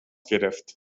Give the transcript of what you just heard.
گرفت